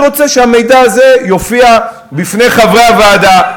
אני רוצה שהמידע הזה יופיע בפני חברי הוועדה.